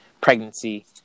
pregnancy